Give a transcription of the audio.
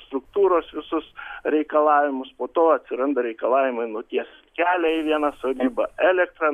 struktūros visus reikalavimus po to atsiranda reikalavimai nutiest kelią į vieną sodybą elektrą